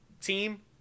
team